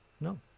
no